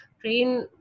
train